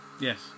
Yes